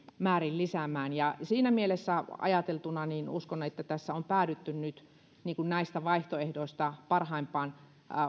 määrin lisäämään siinä mielessä ajateltuna uskon että tässä on päädytty nyt näistä vaihtoehdoista parhaimpaan